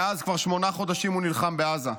מאז, כבר שמונה חודשים הוא נלחם בעזה.